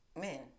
men